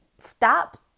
stop